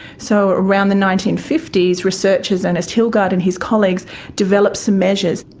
so around the nineteen fifty s researchers ernest hilgard and his colleagues developed some measures.